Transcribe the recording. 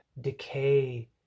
decay